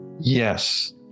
Yes